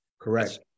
correct